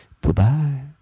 Bye-bye